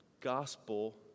gospel